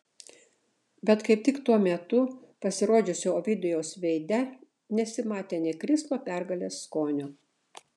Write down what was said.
bet kaip tik tuo metu pasirodžiusio ovidijaus veide nesimatė nė krislo pergalės skonio